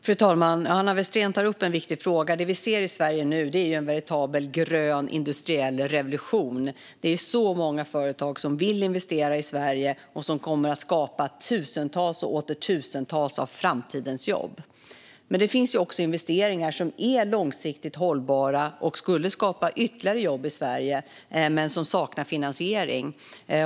Fru talman! Hanna Westerén tar upp en viktig fråga. Det vi ser i Sverige nu är en veritabel grön industriell revolution. Det är så många företag som vill investera i Sverige och som kommer att skapa tusentals och åter tusentals av framtidens jobb. Men det finns också investeringar som är långsiktigt hållbara och skulle skapa ytterligare jobb i Sverige men som saknar finansiering.